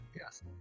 Yes